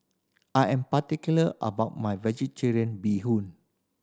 I am particular about my Vegetarian Bee Hoon